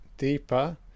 Deeper